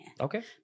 Okay